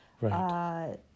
Right